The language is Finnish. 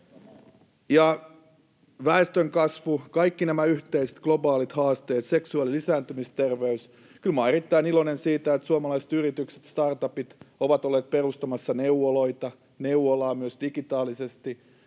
Väestönkasvu, kaikki yhteiset globaalit haasteet, seksuaali‑ ja lisääntymisterveys — kyllä olen erittäin iloinen siitä, että suomalaiset yritykset ja startupit ovat olleet perustamassa neuvoloita, ja myös digitaalisesti.